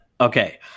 Okay